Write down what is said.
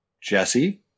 Jesse